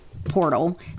Portal